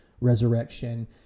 resurrection